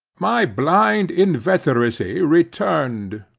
my blind inveteracy returned.